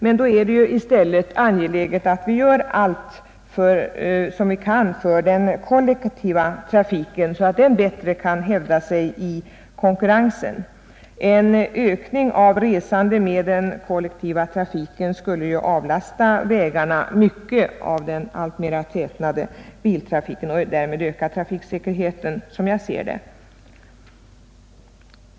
Men då är det i stället angeläget att vi gör allt som vi kan för den kollektiva trafiken så att den bättre kan hävda sig i konkurrensen. En ökad användning av den kollektiva trafiken skulle enligt min uppfattning avlasta vägarna mycket av den alltmera tätnande biltrafiken och därmed öka trafiksäkerheten.